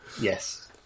Yes